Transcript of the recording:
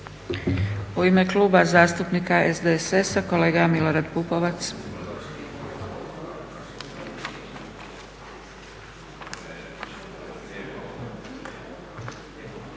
U ime Kluba zastupnika SDSS-a kolega Milorad Pupovac.